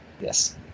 Yes